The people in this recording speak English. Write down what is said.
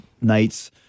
nights